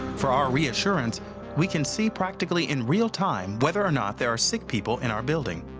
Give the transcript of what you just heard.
for our reassurance we can see practically in real time whether or not there are sick people in our building.